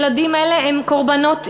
ילדים אלה הם קורבנות אילמים,